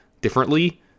differently